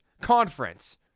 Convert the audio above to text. conference